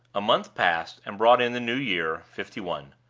a month passed, and brought in the new year fifty one.